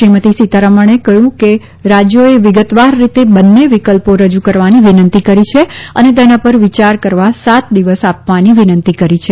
શ્રીમતી સીતારમણે કહ્યું કે રાજ્યોએ વિગતવાર રીતે બંને વિકલ્પો રજૂ કરવાની વિનંતી કરી છે અને તેના પર વિચાર કરવા સાત દિવસો આપવાની વિનંતી કરી છે